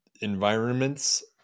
environments